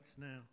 now